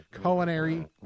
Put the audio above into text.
culinary